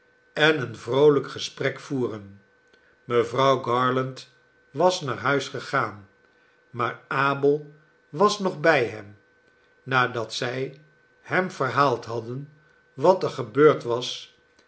en een vroolijk gesprek voeren mevrouw garland was naar huis gegaan maar abel was nog bij hem nadat zij hem verhaald hadden wat er gebeurd was